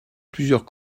plusieurs